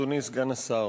אדוני סגן השר,